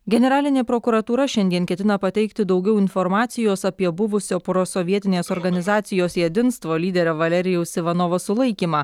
generalinė prokuratūra šiandien ketina pateikti daugiau informacijos apie buvusio prosovietinės organizacijos jedinstvo lyderio valerijaus ivanovo sulaikymą